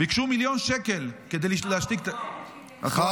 ביקשו מיליון שקל כדי להשתיק את --- חאווה,